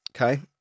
okay